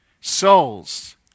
Souls